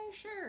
sure